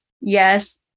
yes